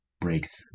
breaks